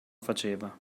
faceva